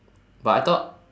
but I thought